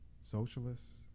socialists